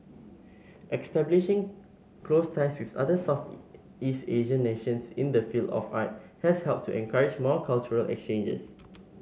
establishing close ties with other Southeast Asian nations in the field of art has helped to encourage more cultural exchanges